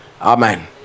Amen